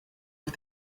auf